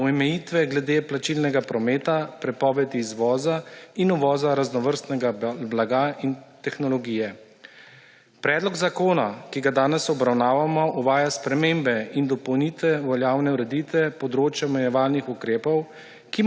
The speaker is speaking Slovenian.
omejitve glede plačilnega prometa, prepoved izvoza in uvoza raznovrstnega blaga in tehnologije. Predlog zakona, ki ga danes obravnavamo, uvaja spremembe in dopolnitve veljavne ureditve področja omejevalnih ukrepov,